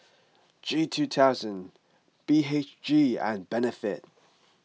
G two thousand B H G and Benefit